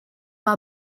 our